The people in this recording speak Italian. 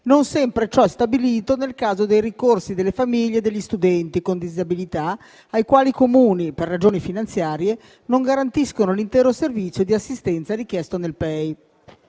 non sempre ciò è stabilito nel caso dei ricorsi delle famiglie degli studenti con disabilità, ai quali i Comuni, per ragioni finanziarie, non garantiscono l'intero servizio di assistenza richiesto nel PEI.